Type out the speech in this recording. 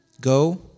Go